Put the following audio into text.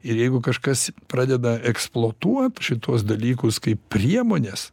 ir jeigu kažkas pradeda eksplotuot šituos dalykus kaip priemones